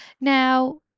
Now